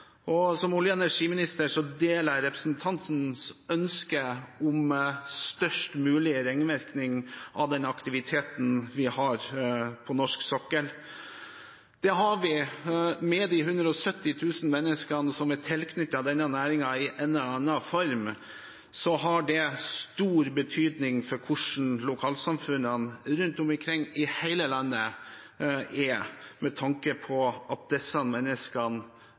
Som olje- og energiminister deler jeg representantens ønske om størst mulig ringvirkning av den aktiviteten vi har på norsk sokkel. Det har vi med de 170 000 menneskene som er tilknyttet denne næringen i en eller annen form. Det har stor betydning for hvordan lokalsamfunnene rundt omkring i hele landet er, med tanke på at disse menneskene